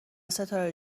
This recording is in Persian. ستاره